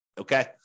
Okay